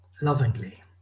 lovingly